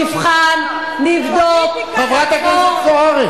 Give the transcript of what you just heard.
נבחן, נבדוק, פוליטיקה, חברת הכנסת זוארץ.